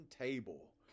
table